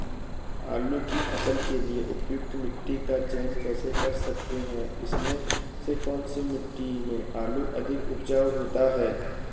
आलू की फसल के लिए उपयुक्त मिट्टी का चयन कैसे कर सकते हैं इसमें से कौन सी मिट्टी में आलू अधिक उपजाऊ होता है?